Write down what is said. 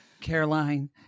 Caroline